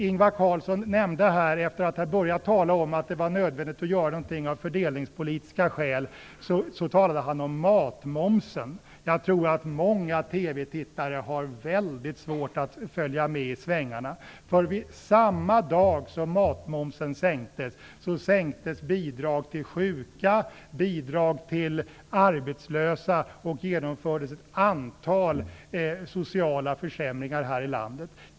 Ingvar Carlsson nämnde matmomsen, efter att ha börjat med att tala om att det var nödvändigt att göra någonting av fördelningspolitiska skäl. Jag tror att många TV-tittare har väldigt svårt att följa med i svängarna. Samma dag som matmomsen sänktes sänktes nämligen också bidragen till sjuka och bidragen till arbetslösa. Ett antal sociala försämringar genomfördes här i landet.